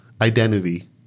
identity